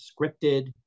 scripted